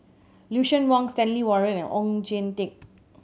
Lucien Wang Stanley Warren and Oon Jin Teik